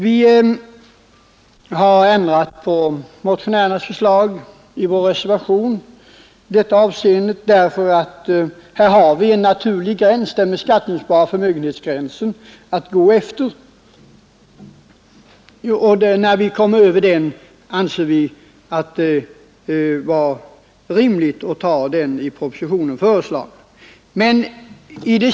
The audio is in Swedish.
Vi har gjort denna ändring i motionärernas förslag därför att vi här har en naturlig gräns att gå efter; beträffande förmögenheter över denna gräns anser vi det vara rimligt att godta propositionens förslag.